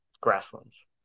grasslands